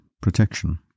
protection